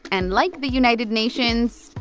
and like the united nations,